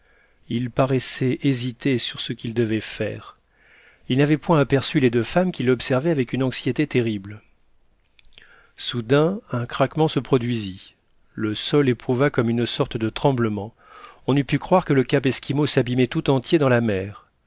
il paraissait hésiter sur ce qu'il devait faire il n'avait point aperçu les deux femmes qui l'observaient avec une anxiété terrible soudain un craquement se produisit le sol éprouva comme une sorte de tremblement on eût pu croire que le cap esquimau s'abîmait tout entier dans la mer